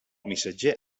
missatger